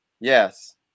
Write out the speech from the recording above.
yes